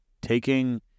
taking